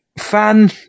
fan